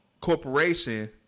corporation